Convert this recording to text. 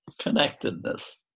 connectedness